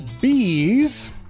bees